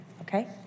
okay